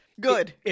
Good